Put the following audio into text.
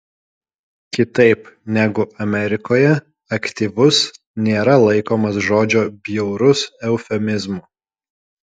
kitaip negu amerikoje aktyvus nėra laikomas žodžio bjaurus eufemizmu